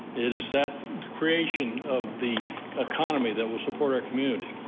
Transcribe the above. it is that creation of the economy that will support our community.